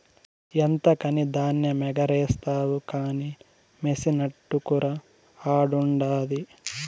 ఎంతకని ధాన్యమెగారేస్తావు కానీ మెసినట్టుకురా ఆడుండాది